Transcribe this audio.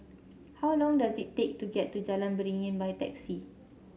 how long does it take to get to Jalan Beringin by taxi